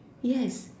yes